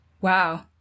Wow